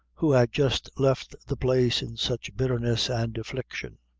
who had just left the place in such bitterness and affliction.